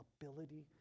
ability